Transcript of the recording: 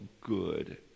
good